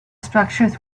structures